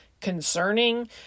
concerning